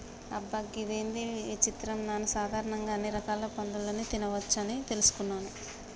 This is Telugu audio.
అబ్బ గిదేంది విచిత్రం నాను సాధారణంగా అన్ని రకాల పందులని తినవచ్చని తెలుసుకున్నాను